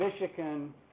Michigan